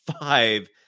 five